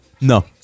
No